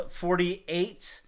48